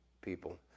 people